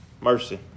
mercy